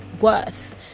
worth